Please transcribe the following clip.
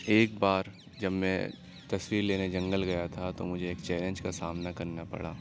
ایک بار جب میں تصویر لینے جنگل گیا تھا تو مجھے ایک چیلنج کا سامنا کرنا پڑا